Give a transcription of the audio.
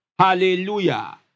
Hallelujah